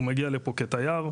הוא הגיע לפה תייר,